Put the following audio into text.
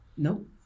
Nope